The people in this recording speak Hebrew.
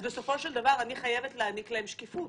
אז בסופו של דבר, אני חייבת להעניק להם שקיפות.